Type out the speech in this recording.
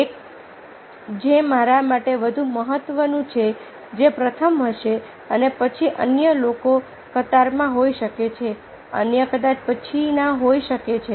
એક જે મારા માટે વધુ મહત્વનું છે જે પ્રથમ હશે અને પછી અન્ય લોકો કતારમાં હોઈ શકે છે અન્ય કદાચ પછીના હોઈ શકે છે